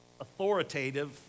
authoritative